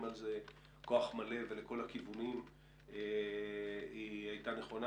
על זה בכוח מלא ולכל הכיוונים הייתה נכונה,